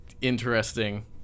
interesting